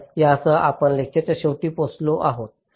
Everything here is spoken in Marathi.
तर यासह आपण लेक्चरच्या शेवटी पोहोचलो आहोत